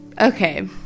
okay